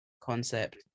concept